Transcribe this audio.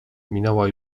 minęła